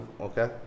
okay